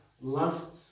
last